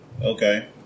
Okay